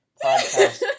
podcast